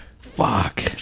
Fuck